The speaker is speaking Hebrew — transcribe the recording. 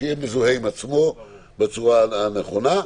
שיהיה מזוהה עם עצמו בצורה הנכונה.